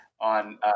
on